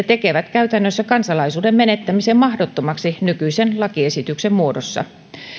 tekevät kansalaisuuden menettämisen käytännössä mahdottomaksi nykyisen lakiesityksen muodossa